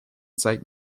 zeit